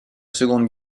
seconde